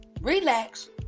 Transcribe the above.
relax